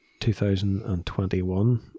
2021